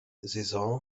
saison